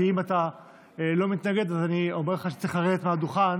כי אם אתה לא מתנגד אז אני אומר לך שצריך לרדת מהדוכן